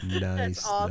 Nice